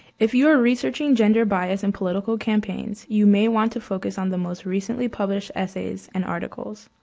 if you are researching gender bias in political campaigns, you may want to focus on the most recently published essays and articles.